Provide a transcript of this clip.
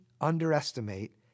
underestimate